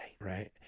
right